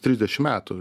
trisdešim metų